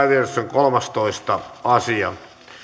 kolmastoista asia